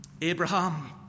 Abraham